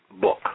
book